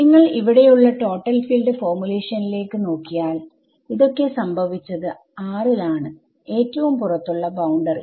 നിങ്ങൾ ഇവിടെയുള്ള total field ഫോർമുലേഷനിലേക്ക് നോക്കിയാൽ ഇതൊക്കെ സംഭവിച്ചത് ലാണ് ഏറ്റവും പുറത്തുള്ള ബൌണ്ടറി